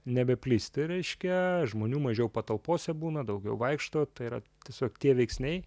nebeplisti reiškia žmonių mažiau patalpose būna daugiau vaikšto tai yra tiesiog tie veiksniai